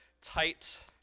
tight